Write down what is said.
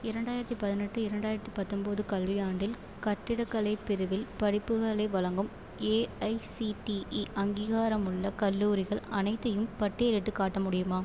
இரண்டாயிரத்தி பதினெட்டு இரண்டாயிரத்தி பத்தொம்போது கல்வியாண்டில் கட்டிடக்கலை பிரிவில் படிப்புகளை வழங்கும் ஏஐசிடிஇ அங்கீகாரமுள்ள கல்லூரிகள் அனைத்தையும் பட்டியலிட்டுக் காட்ட முடியுமா